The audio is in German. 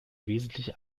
wesentliche